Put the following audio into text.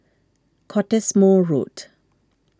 Cottesmore Road